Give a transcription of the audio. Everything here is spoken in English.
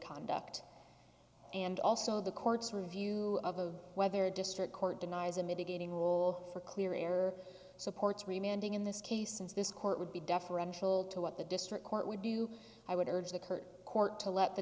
conduct and also the court's review of whether a district court denies a mitigating role for clear error supports reminding in this case since this court would be deferential to what the district court would do i would urge the curt court to let the